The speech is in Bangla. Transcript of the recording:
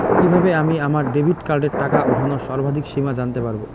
কিভাবে আমি আমার ডেবিট কার্ডের টাকা ওঠানোর সর্বাধিক সীমা জানতে পারব?